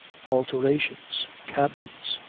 alterations, cabins.